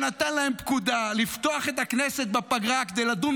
שנתן להם פקודה לפתוח את הכנסת בפגרה כדי לדון